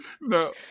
No